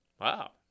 Wow